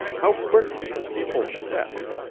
how quickly the people stepped!